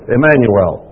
Emmanuel